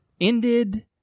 ended